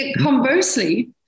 conversely